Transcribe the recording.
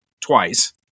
twice